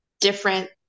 different